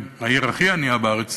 העיר הכי ענייה בארץ,